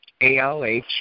ALH